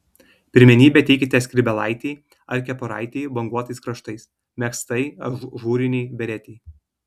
pirmenybę teikite skrybėlaitei ar kepuraitei banguotais kraštais megztai ažūrinei beretei